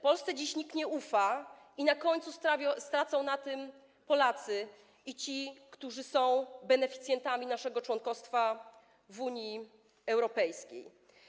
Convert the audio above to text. Polsce dziś nikt nie ufa i na końcu stracą na tym Polacy i ci, którzy są beneficjentami naszego członkostwa w Unii Europejskiej.